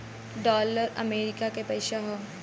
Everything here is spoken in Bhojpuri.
डॉलर अमरीका के पइसा हौ